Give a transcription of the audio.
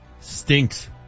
stinks